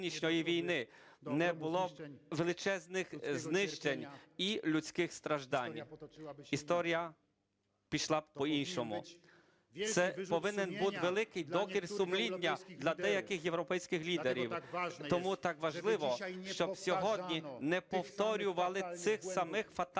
не було б величезних знищень і людських страждань. Історія пішла б по-іншому. Це повинен бути великий докір сумління для деяких європейських лідерів, тому так важливо, щоб сьогодні не повторювали цих самих фатальних